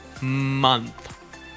month